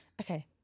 Okay